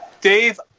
Dave